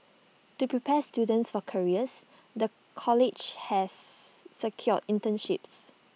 to prepare students for careers the college has secured internships